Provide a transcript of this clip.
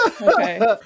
Okay